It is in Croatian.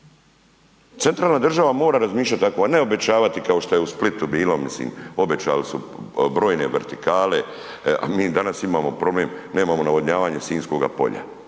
Centralna država mora razmišljati tako, a ne obećavati kao šta je u Splitu bilo, mislim, obećali su brojne vertikale, a mi danas imamo problem nemamo navodnjavanje Sinjskoga polja,